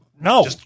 no